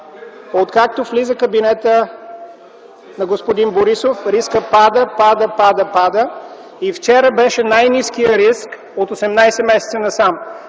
Откакто влиза кабинетът на господин Борисов рискът пада, пада, пада. Вчера беше най-ниският риск от 18 месеца насам.